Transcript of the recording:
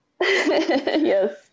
Yes